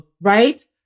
Right